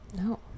no